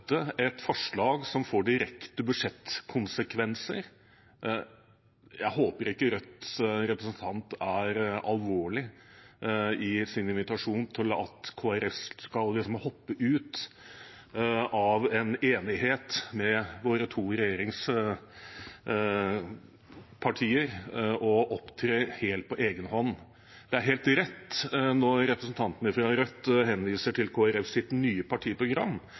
et forslag som får direkte budsjettkonsekvenser. Jeg håper ikke Rødts representant er alvorlig i sin invitasjon og mener at Kristelig Folkeparti skal gå ut av enigheten med våre to regjeringspartier og opptre helt på egen hånd. Det er helt riktig når representanten fra Rødt henviser til Kristelig Folkepartis nye partiprogram,